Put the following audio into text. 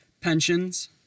pensions